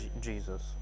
Jesus